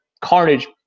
Carnage